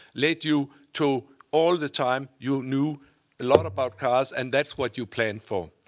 lead you to all the time you knew a lot about cars, and that's what you planned for.